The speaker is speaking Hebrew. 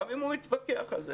גם אם הוא יתווכח על זה,